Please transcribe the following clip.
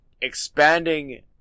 Expanding